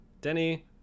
Denny